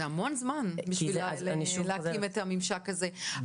זה המון זמן בשביל להקים את הממשק הזה.